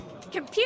Computer